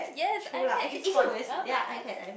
yes iPad is for dramas